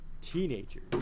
teenagers